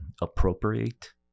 appropriate